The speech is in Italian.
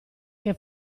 che